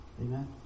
Amen